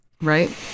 right